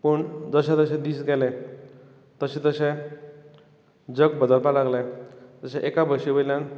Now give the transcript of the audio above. पूण जशें जशें दीस गेले तशें तशें जग बदलपाक लागलें तशें एका बशीं वयल्यान